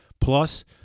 Plus